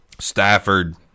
Stafford